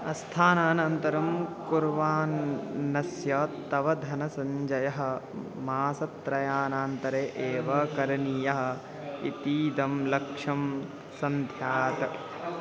अस्थानानन्तरं कुर्वाणस्य तव धनसञ्चयः मासत्रयानान्तरे एव करणीयः इतीदं लक्ष्यं सन्ध्यात्